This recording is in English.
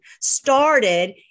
started